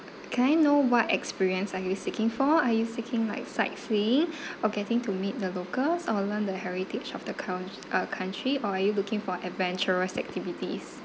can I know what experience are you seeking for are you seeking like sightseeing or getting to meet the locals or learn the heritage of the coun~ uh country or are you looking for adventurous activities